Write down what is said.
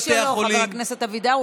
זה הזמן שלו, חבר הכנסת אבידר.